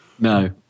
No